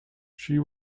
she